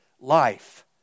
life